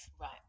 Right